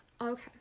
Okay